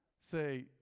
Say